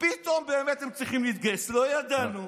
פתאום באמת הם צריכים להתגייס, לא ידענו.